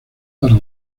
para